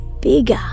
bigger